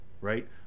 right